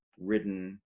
written